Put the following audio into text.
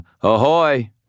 ahoy